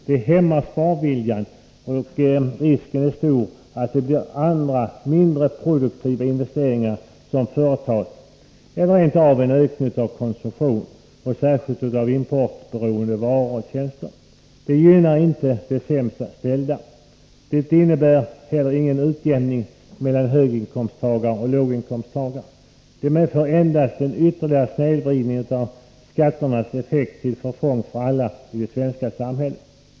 De hämmar sparviljan, och risken är stor att det blir andra, mindre produktiva investeringar som företas eller rent av en ökning av konsumtionen, särskilt av importberoende varor och tjänster. Detta gynnar inte de sämst ställda. Det innebär heller ingen utjämning mellan höginkomsttagare och låginkomsttagare. Det medför endast en ytterligare snedvridning av skatternas effekter till förfång för alla i det svenska samhället.